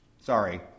Sorry